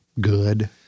good